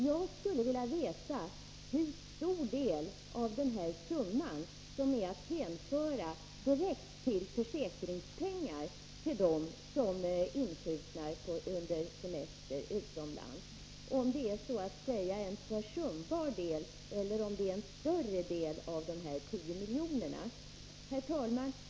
Jag skulle vilja veta hur stor del av denna summa på 10 milj.kr. som är att hänföra direkt till försäkringspengar till dem som insjuknar under semester utomlands. Är det en försumbar del, eller är det en större del? Herr talman!